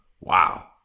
Wow